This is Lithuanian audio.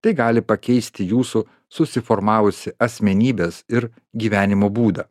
tai gali pakeisti jūsų susiformavusį asmenybės ir gyvenimo būdą